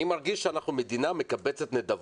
אני מרגיש שאנחנו מדינה מקבצת נדבות.